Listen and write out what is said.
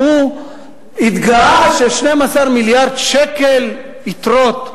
התגאה שיש 12 מיליארד שקל יתרות.